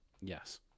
Yes